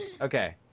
Okay